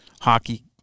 hockey